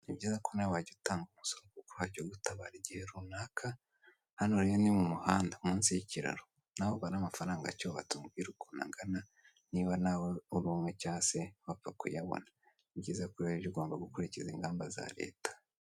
Ni byiza nawe ko wajya utanga umusoro kuko wajya ugutabara igihe runaka, hano rero ni mu muhanda munsi y'ikiraro nawe ubare amafaranga acyubatse umbwire ukuntu angana niba nawe uri umwe cyangwa se wapfa kuyabona. Ni byiza ko rero ugomba gukurikiza ingamba za leta.